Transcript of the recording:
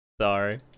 sorry